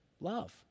love